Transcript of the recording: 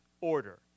order